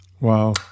Wow